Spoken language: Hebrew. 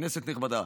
כנסת נכבדה,